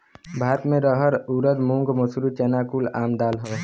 भारत मे रहर ऊरद मूंग मसूरी चना कुल आम दाल हौ